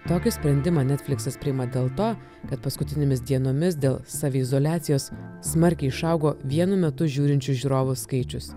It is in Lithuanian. tokį sprendimą netfliksas priima dėl to kad paskutinėmis dienomis dėl saviizoliacijos smarkiai išaugo vienu metu žiūrinčių žiūrovų skaičius